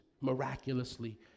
miraculously